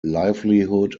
livelihood